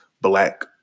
black